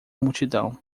multidão